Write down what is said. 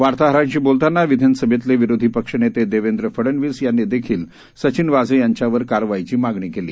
वार्ताहरांशी बोलताना विधानसभेतले विरोधी पक्षनेते देवेंद्र फडनवीस यांनी देखील सचिन वाझे यांच्यावर कारावाईची मागणी केली